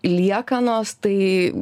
liekanos tai